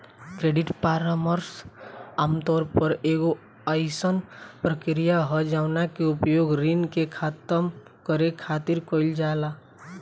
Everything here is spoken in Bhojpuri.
क्रेडिट परामर्श आमतौर पर एगो अयीसन प्रक्रिया ह जवना के उपयोग ऋण के खतम करे खातिर कईल जाला